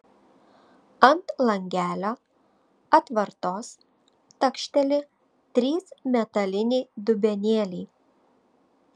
ant langelio atvartos takšteli trys metaliniai dubenėliai